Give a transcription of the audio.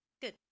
Good